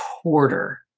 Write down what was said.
quarter